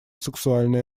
сексуальное